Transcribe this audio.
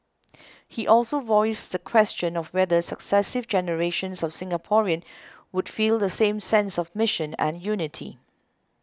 he also voiced the question of whether successive generations of Singaporean would feel the same sense of mission and unity